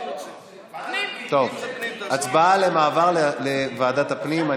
הצבעה למעבר לוועדת הפנים.